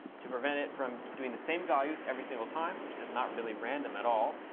to prevent it from doing the same values every single time, which is not really random at all,